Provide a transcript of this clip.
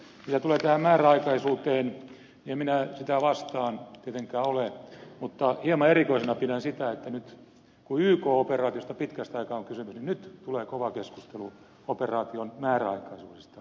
mitä tulee tähän määräaikaisuuteen en minä sitä vastaan tietenkään ole mutta hieman erikoisena pidän sitä että nyt kun yk operaatiosta pitkästä aikaa on kysymys niin nyt tulee kova keskustelu operaation määräaikaisuudesta